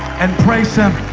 and praise him?